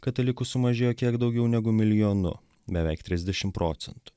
katalikų sumažėjo kiek daugiau negu milijonu beveik trisdešim procentų